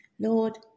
Lord